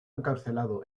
encarcelado